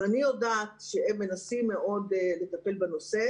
אבל אני יודעת שהם מנסים מאוד לטפל בנושא